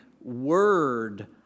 word